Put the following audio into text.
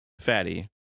fatty